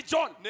John